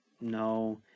no